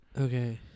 Okay